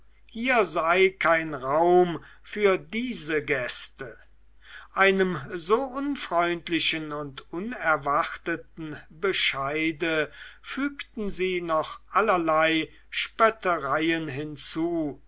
hier sei kein raum für diese gäste einem so unfreundlichen und unerwarteten bescheide fügten sie noch allerlei spöttereien hinzu